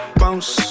bounce